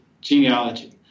genealogy